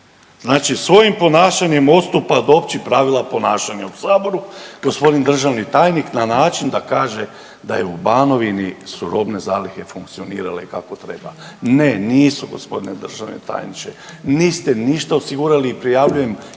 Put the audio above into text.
Znači svojim ponašanjem odstupa od općih pravila ponašanja u saboru gospodin državni tajnik na način da kaže da je u Banovini su robne zalihe funkcionirale kako treba. Ne nisu gospodine državni tajniče, niste ništa osigurali i prijavljujem i u